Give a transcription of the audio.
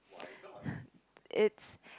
it's